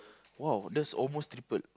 !wow! that's almost triple